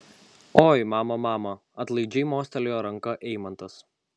oi mama mama atlaidžiai mostelėjo ranka eimantas